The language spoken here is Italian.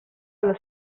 alla